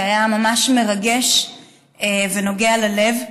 שהיה ממש מרגש ונוגע ללב.